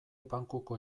bankuko